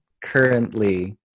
currently